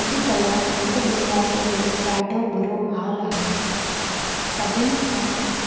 अॼकल्ह अंधविश्वास जो ॾाढो बुरो हाल आहे सभिनि खां